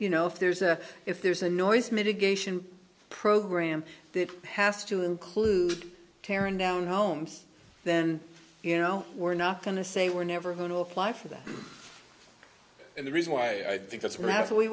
you know if there's a if there's a noise mitigation program that has to include tearing down homes then you know we're not going to say we're never going to apply for that and the reason why i think that's what that's w